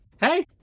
hey